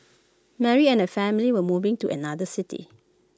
Mary and her family were moving to another city